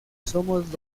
somos